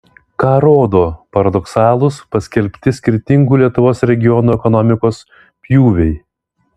ką rodo paradoksalūs paskelbti skirtingų lietuvos regionų ekonomikos pjūviai